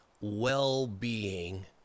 well-being